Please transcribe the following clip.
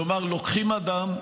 כלומר לוקחים אדם,